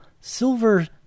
Silver